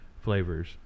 Flavors